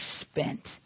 spent